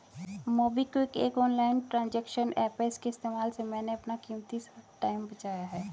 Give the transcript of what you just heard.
MobiKwik एक online transaction app है इसके इस्तेमाल से मैंने अपना कीमती टाइम बचाया है